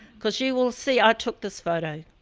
cause you will see, i took this photo.